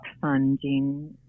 funding